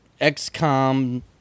XCOM